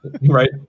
Right